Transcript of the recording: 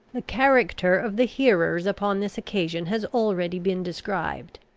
the character of the hearers upon this occasion has already been described.